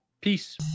Peace